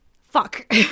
Fuck